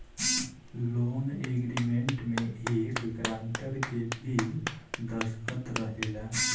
loan agreement में एक grantor के भी दस्तख़त रहेला